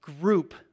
group